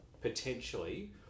potentially